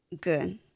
Good